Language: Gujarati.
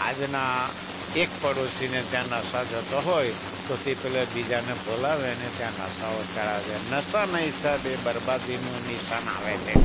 આજના એક પાડોશીને ત્યાં નશા જતો હોય તો તે પહેલાં બીજાને ભલાવે ને ત્યાં નશાઓ ચડાવે નશાના હિસાબે બરબાદીનું નિશાન આવે છે